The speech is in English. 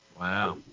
Wow